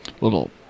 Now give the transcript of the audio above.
little